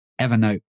Evernote